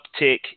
uptick